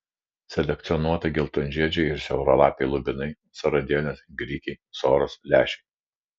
selekcionuota geltonžiedžiai ir siauralapiai lubinai seradėlės grikiai soros lęšiai